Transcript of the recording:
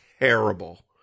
terrible